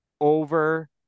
Over